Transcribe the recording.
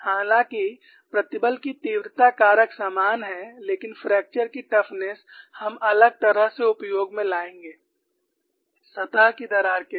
हालांकि प्रतिबल की तीव्रता कारक समान है लेकिन फ्रैक्चर की टफनेस हम अलग तरह से उपयोग में लायेंगे सतह की दरार के लिए